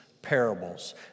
parables